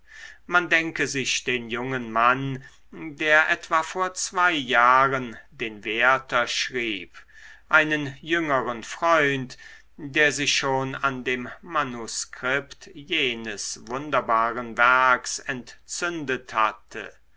man denke sich den jungen mann der etwa vor zwei jahren den werther schrieb einen jüngeren freund der sich schon an dem manuskript jenes wunderbaren werks entzündet hatte